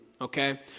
Okay